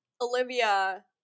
Olivia